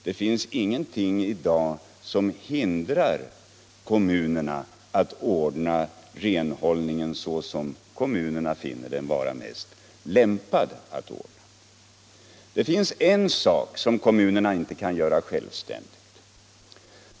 Och det är i dag ingenting som hindrar kommunerna att ordna renhållningen så som man finner vara mest lämpligt. Men en sak kan kommunerna inte bestämma över själva.